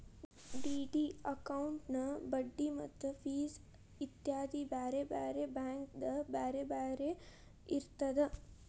DD ಅಕೌಂಟಿನ್ ಬಡ್ಡಿ ಮತ್ತ ಫಿಸ್ ಇತ್ಯಾದಿ ಬ್ಯಾರೆ ಬ್ಯಾರೆ ಬ್ಯಾಂಕಿಂದ್ ಬ್ಯಾರೆ ಬ್ಯಾರೆ ಇರ್ತದ